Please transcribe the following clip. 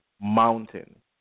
mountain